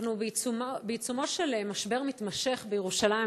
אנחנו בעיצומו של משבר מתמשך בירושלים,